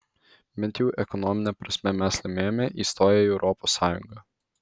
bent jau ekonomine prasme mes laimėjome įstoję į europos sąjungą